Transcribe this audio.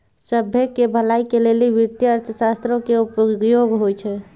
सभ्भे के भलाई के लेली वित्तीय अर्थशास्त्रो के उपयोग होय छै